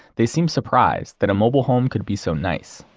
they seem surprised that a mobile home could be so nice.